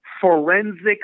Forensic